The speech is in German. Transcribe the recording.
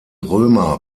römer